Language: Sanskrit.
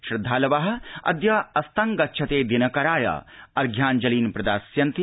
श्रद्धालवः अद्य अस्त गच्छते दिनकराय अर्घ्याञ्जलीन् प्रदास्यन्ति